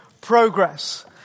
progress